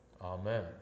Amen